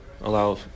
allow